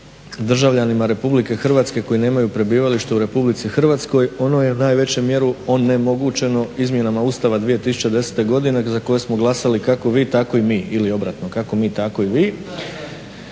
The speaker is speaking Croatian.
glasa državljanima RH koji nemaju prebivalište u RH ono je u najvećoj mjeri onemogućeno izmjenama Ustava 2010. godine za koje smo glasali kako vi tako i mi ili obratno kako mi tako i vi.